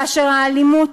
כאשר האלימות,